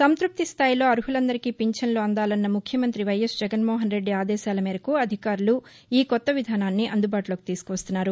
సంత్పప్తి స్థాయిలో అర్మలందరికీ పింఛన్లు అందాలన్న ముఖ్యమంత్రి వైఎస్ జగన్ మోహన్ రెడ్డి ఆదేశాల మేరకు అధికారులు ఈ కొత్త విధానాన్ని అందుబాటులోకి తీసుకువస్తున్నారు